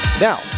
Now